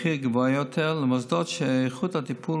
מחיר גבוה יותר למוסדות שאיכות הטיפול